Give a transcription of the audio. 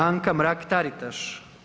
Anka Mrak-Taritaš.